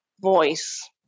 voice